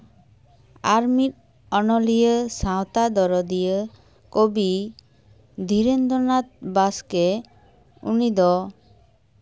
ᱟᱨ ᱢᱤᱫ ᱚᱱᱚᱞᱤᱭᱟᱹ ᱥᱟᱶᱛᱟ ᱫᱚᱨᱚᱫᱤᱭᱟᱹ ᱠᱚᱵᱤ ᱫᱷᱤᱨᱮᱱᱫᱨᱚᱱᱟᱛᱷ ᱵᱟᱥᱠᱮ ᱩᱱᱤ ᱫᱚ